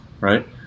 right